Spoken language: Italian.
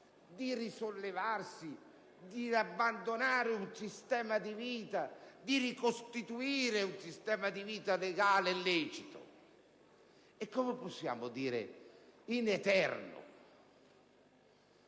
di risollevarsi, di abbandonare un sistema di vita, di ricostituire un sistema di vita legale e lecito. Come possiamo dire «in eterno»?